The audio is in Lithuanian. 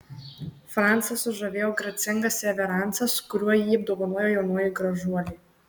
francą sužavėjo gracingas reveransas kuriuo jį apdovanojo jaunoji gražuolė